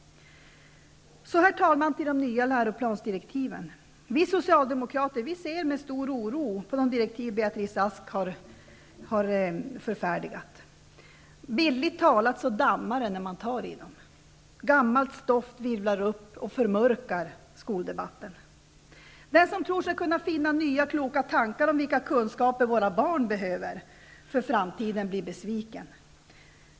Herr talman! Så något om de nya läroplansdirektiven. Vi socialdemokrater ser med stor oro på de direktiv som Beatrice Ask har förfärdigat. Bildligt talat dammar det när man tar i dem. Gammalt stoff virvlar upp och förmörkar skoldebatten. Den som tror sig kunna finna nya kloka tankar om vilka kunskaper våra barn behöver för framtiden blir besviken.